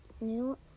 new